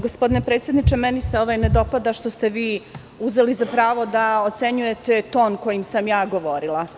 Gospodine predsedniče, meni se ne dopada što ste vi uzeli za pravo da ocenjujete ton kojim sam ja govorila.